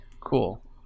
cool